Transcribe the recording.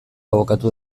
abokatu